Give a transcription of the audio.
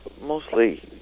mostly